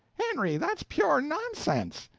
henry, that's pure nonsense.